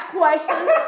questions